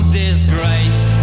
disgrace